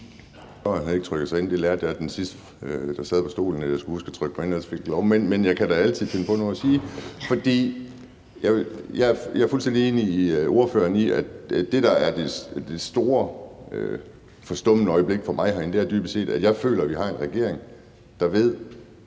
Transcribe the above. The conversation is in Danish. altså ikke trykket sig ind, og det lærte jeg af den sidste, der sad i stolen, at jeg skulle huske. Men jeg kan da altid finde på noget at sige. Og jeg er fuldstændig enig med ordføreren. Det, der er et forstemmende øjeblik for mig herinde, er dybest set, at jeg føler, vi har en regering, der ved,